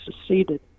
seceded